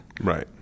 right